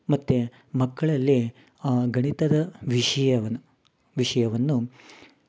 ಮತ್ತು ಮಕ್ಕಳಲ್ಲಿ ಗಣಿತದ ವಿಷ್ಯವನ್ನ ವಿಷಯವನ್ನು